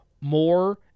more